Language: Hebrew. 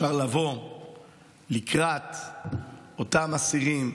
אפשר לבוא לקראת אותם אסירים,